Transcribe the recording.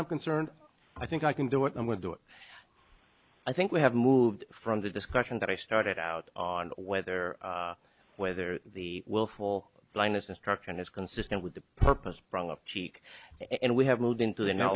i'm concerned i think i can do it and we'll do it i think we have moved from the discussion that i started out on whether whether the willful blindness instruction is consistent with the purpose problem cheek and we have moved into the now